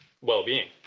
well-being